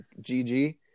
GG